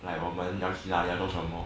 like 我们要 see lah 要什么